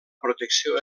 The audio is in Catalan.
protecció